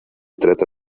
trata